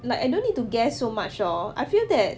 like I don't need to guess so much lor I feel that